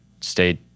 stay